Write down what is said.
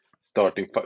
starting